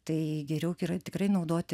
tai geriau yra tikrai naudoti